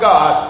God